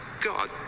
God